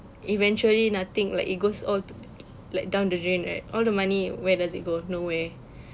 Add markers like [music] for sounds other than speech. eventually nothing like it goes all t~ like down the drain right all the money where does it go nowhere [breath]